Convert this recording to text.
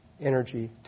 energy